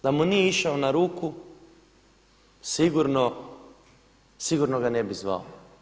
Da mu nije išao na ruku sigurno ga ne bi zvao.